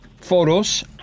Photos